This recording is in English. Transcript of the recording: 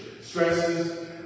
stresses